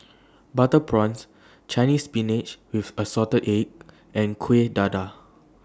Butter Prawns Chinese Spinach with Assorted Eggs and Kuih Dadar